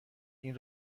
این